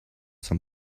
some